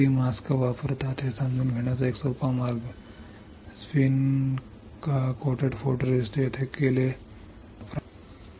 किती मास्क वापरतात हे समजून घेण्याचा एक सोपा मार्ग स्पिन कोटिंग किंवा फोटोरिस्टिस्ट जेथे केले जाते तेथे फक्त मास्क वापरावा